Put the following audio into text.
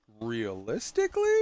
realistically